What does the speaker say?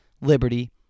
liberty